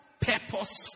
purpose